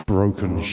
Broken